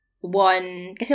one